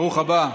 ברוך הבא,